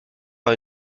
par